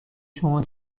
شما